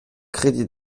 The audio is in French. crédits